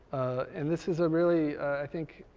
and this is a really, i think,